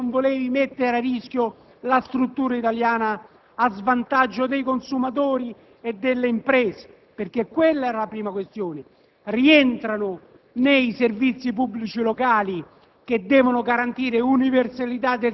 di non mettere in gara tutto, se non si intendeva mettere a rischio la struttura italiana a svantaggio dei consumatori e delle imprese. Quella era la prima questione. Rientrano nei servizi pubblici locali